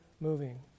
moving